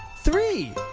three!